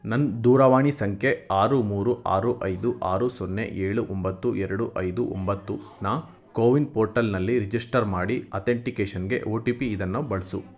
ನನ್ನ ದೂರವಾಣಿ ಸಂಖ್ಯೆ ಆರು ಮೂರು ಆರು ಐದು ಆರು ಸೊನ್ನೆ ಏಳು ಒಂಬತ್ತು ಎರಡು ಐದು ಒಂಬತ್ತನ್ನ ಕೋವಿನ್ ಪೋರ್ಟಲ್ನಲ್ಲಿ ರಿಜಿಸ್ಟರ್ ಮಾಡಿ ಅತೆಂಟಿಕೇಷನ್ಗೆ ಒ ಟಿ ಪಿ ಇದನ್ನು ಬಳಸು